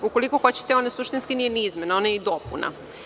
Ukoliko hoćete ona suštinski nije ni izmena, ona je i dopuna.